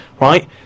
Right